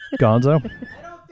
Gonzo